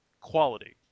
quality